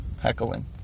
heckling